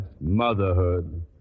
motherhood